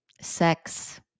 sex